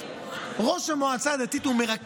ב-01:00, 02:00, הוא לא